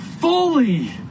fully